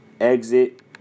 exit